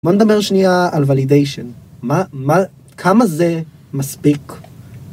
בוא נדבר שנייה על ולידיישן. מה, מה... כמה זה מספיק?